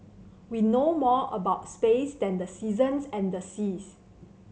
we know more about space than the seasons and the seas